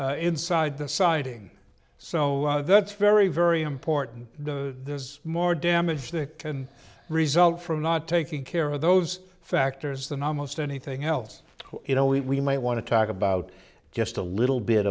and inside the siding so that's very very important there's more damage that can result from not taking care of those factors than almost anything else you know we might want to talk about just a little bit